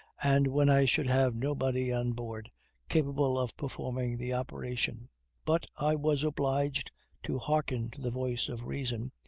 and when i should have nobody on board capable of performing the operation but i was obliged to hearken to the voice of reason,